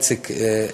איציק,